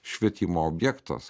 švietimo objektas